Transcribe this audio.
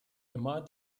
immer